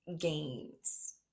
gains